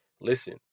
listen